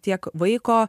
tiek vaiko